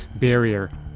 barrier